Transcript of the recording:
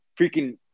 freaking